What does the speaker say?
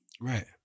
Right